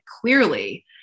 clearly